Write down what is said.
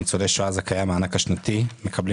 ניצולי השואה זכאי המענק השנתי מקבלים